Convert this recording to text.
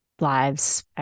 lives